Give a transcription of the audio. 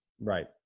Right